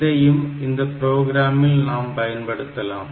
இதையும் இந்த புரோகிராமில் நாம் பயன்படுத்தலாம்